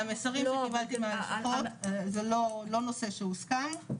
מהמסרים שקיבלתי מהלשכות, זה לא נושא שהוסכם.